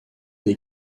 des